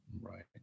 right